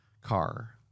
car